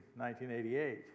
1988